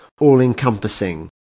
all-encompassing